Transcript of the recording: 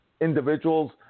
individuals